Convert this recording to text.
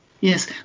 Yes